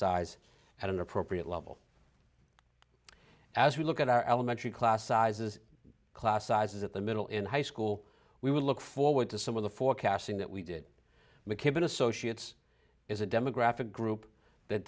size at an appropriate level as we look at our elementary class sizes class sizes at the middle and high school we will look forward to some of the forecasting that we did mckibben associates is a demographic group that